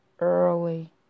early